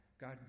God